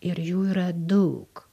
ir jų yra daug